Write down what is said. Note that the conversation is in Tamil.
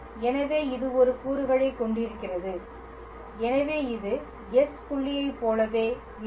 எனவே இது ஒரு கூறுகளைக் கொண்டிருக்கிறது எனவே இது s புள்ளியைப் போலவே இருக்கும்